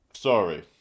sorry